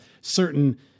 certain